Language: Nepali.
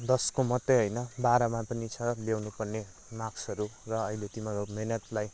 दसको मात्र होइन बाह्रमा पनि छ ल्याउनु पर्ने मार्क्सहरू र अहिले तिमीहरू मेहनतलाई